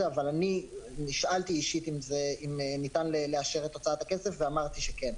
אבל אני נשאלתי אישית אם ניתן לאשר את הוצאת הכסף ואמרתי שכן.